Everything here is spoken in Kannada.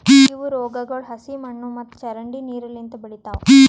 ಇವು ರೋಗಗೊಳ್ ಹಸಿ ಮಣ್ಣು ಮತ್ತ ಚರಂಡಿ ನೀರು ಲಿಂತ್ ಬೆಳಿತಾವ್